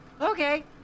Okay